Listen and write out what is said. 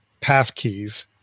passkeys